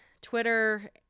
Twitter